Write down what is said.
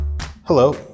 Hello